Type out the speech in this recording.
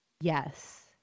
yes